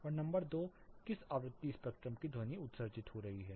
और नंबर दो किस आवृत्ति स्पेक्ट्रम की ध्वनि उत्सर्जित हो रही है